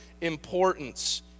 importance